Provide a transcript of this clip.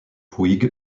puig